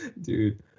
dude